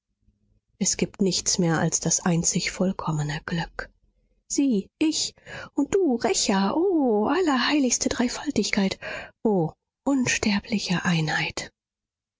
es gibt nichts mehr als das einzig vollkommene glück sie ich und du rächer o allerheiligste dreifaltigkeit o unsterbliche einheit